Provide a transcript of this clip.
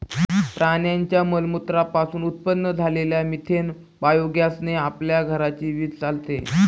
प्राण्यांच्या मलमूत्रा पासून उत्पन्न झालेल्या मिथेन बायोगॅस ने आपल्या घराची वीज चालते